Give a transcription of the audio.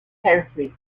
territories